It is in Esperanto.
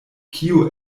kio